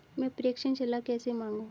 मैं प्रेषण सलाह कैसे मांगूं?